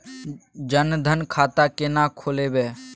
जनधन खाता केना खोलेबे?